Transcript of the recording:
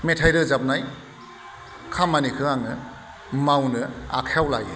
मेथाय रोजाबनाय खामानिखौ आङो मावनो आखायाव लायो